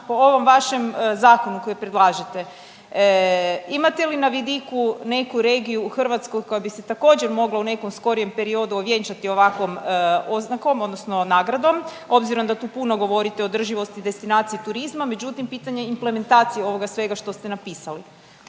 po ovom vašem zakonu koji predlažete, imate li na vidiku neku regiju u Hrvatskoj koja bi se također mogla u nekom skorijem periodu ovjenčati ovakvom oznakom odnosno nagradom, obzirom da tu puno govorite o održivosti destinacija turizma? Međutim, pitanje je implementacije ovoga svega što ste napisali